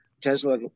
Tesla